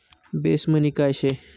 Base money काय शे?